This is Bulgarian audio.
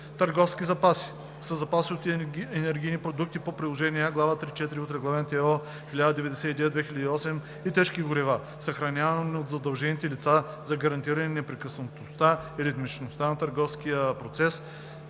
„Търговски запаси“ са запаси от енергийни продукти по приложение А, глава 3.4 от Регламент (ЕО) № 1099/2008 и тежки горива, съхранявани от задължените лица за гарантиране непрекъснатостта и ритмичността на търговския процес,